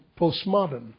postmodern